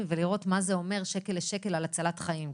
ולראות מה זה אומר שקל לשקל על הצלת חיים.